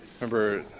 Remember